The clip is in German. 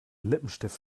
lippenstift